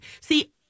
see